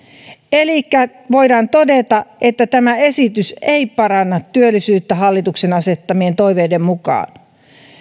elikkä voidaan todeta että tämä esitys ei paranna työllisyyttä hallituksen asettamien toiveiden mukaan